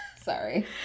sorry